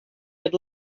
had